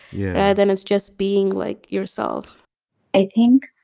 yeah then it's just being like yourself i think